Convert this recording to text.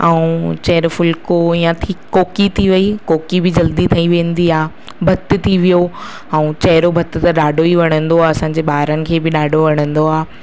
ऐं चेरो फुलको थी वियो चेरी कोकी थी वई कोकी बि जल्दी ठही वेंदी आहे भत्त थी वियो ऐं चेरो भत्त त ॾाढो ई वणदो आहे असांजे ॿारनि खे बि ॾाढो वणदो आहे